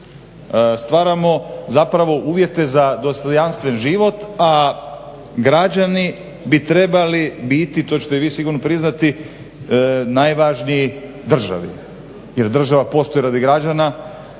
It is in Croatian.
stvaramo zapravo uvjete za dostojanstven život, a građani bi trebali biti, to ćete vi sigurno priznati, najvažniji državi jer država postoji radi građana.